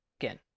Again